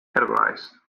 categorize